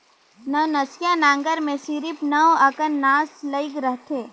नवनसिया नांगर मे सिरिप नव अकन नास लइग रहथे